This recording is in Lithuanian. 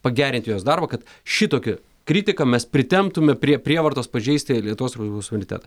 pagerinti jos darbą kad šitokią kritiką mes pritemptume prie prievartos pažeisti lietuvos respublikos suverenitetą